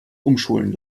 umschulen